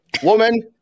Woman